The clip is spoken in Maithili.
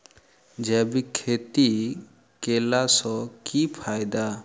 जैविक खेती केला सऽ की फायदा?